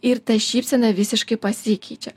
ir ta šypsena visiškai pasikeičia